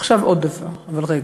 עכשיו עוד דבר, אבל רגע.